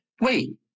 wait